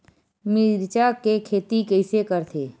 मिरचा के खेती कइसे करथे?